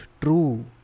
true